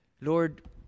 Lord